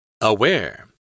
Aware